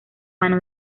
mano